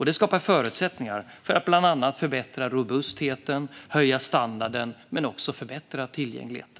Det skapar förutsättningar för att bland annat förbättra robustheten och höja standarden men också förbättra tillgängligheten.